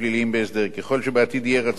ככל שבעתיד יהיה רצון לאפשר לרשויות